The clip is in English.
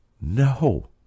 No